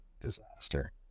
disaster